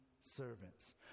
servants